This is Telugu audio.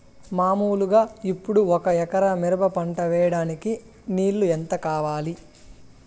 మామూలుగా ఇప్పుడు ఒక ఎకరా మిరప పంట వేయడానికి నీళ్లు ఎంత కావాలి?